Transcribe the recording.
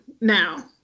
now